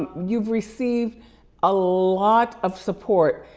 you've received a lot of support.